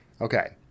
Okay